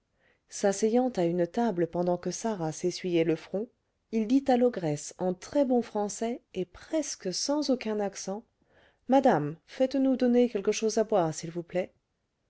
à une table pendant que sarah s'essuyait le front il dit à l'ogresse en très-bon français et presque sans aucun accent madame faites-nous donner quelque chose à boire s'il vous plaît